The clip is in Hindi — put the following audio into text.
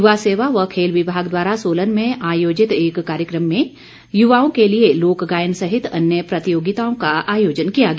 युवा सेवा व खेल विभाग द्वारा सोलन में आयोजित एक कार्यक्रम में युवाओं के लिए लोकगायन सहित अन्य प्रतियोगिताओं का आयोजन किया गया